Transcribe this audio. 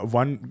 one